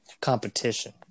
competition